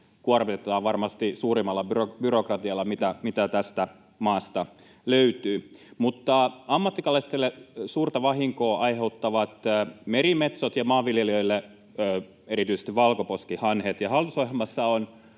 kuormitetaan varmasti suurimmalla byrokratialla, mitä tästä maasta löytyy. Mutta ammattikalastajille suurta vahinkoa aiheuttavat merimetsot ja maanviljelijöille erityisesti valkoposkihanhet.